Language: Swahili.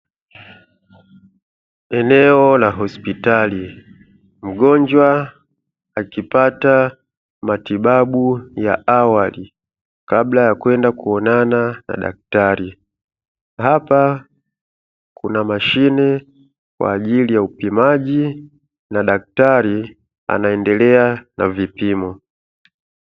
Eneo la hospitali, mgonjwa akipata matibabu ya awali kabla ya kwenda kuonana na daktari, hapa kuna mashine kwa ajili ya upimaji na daktari anaendelea na vipimo.